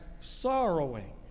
sorrowing